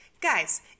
guys